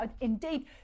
indeed